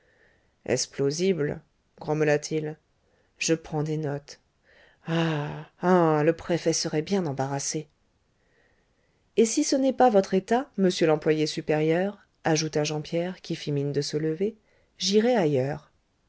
est-ce plausible grommela-t-il je prends des notes ah ah le préfet serait bien embarrassé et si ce n'est pas votre état monsieur l'employé supérieur ajouta jean pierre qui fit mine de se lever j'irai